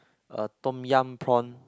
uh Tom-Yum Prawn